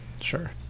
Sure